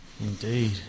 indeed